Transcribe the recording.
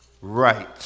right